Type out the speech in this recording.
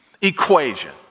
equation